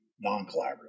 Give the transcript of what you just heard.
non-collaborative